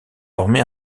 formé